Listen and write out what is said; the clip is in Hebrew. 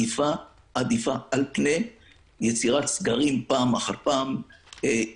בבעיות שעדיין נוצרות כתוצאה מהמגפה אנחנו גם בונים